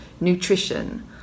nutrition